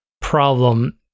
problem